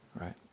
right